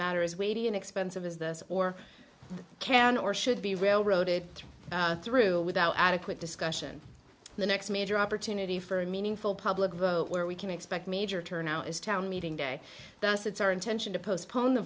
matter is weighty and expensive as this or can or should be railroaded through without adequate discussion the next major opportunity for a meaningful public vote where we can expect major turnout is town meeting day thus it's our intention to postpone the